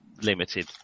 limited